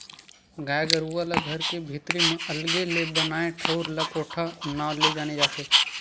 गाय गरुवा ला घर के भीतरी म अलगे ले बनाए ठउर ला कोठा नांव ले जाने जाथे